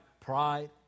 Pride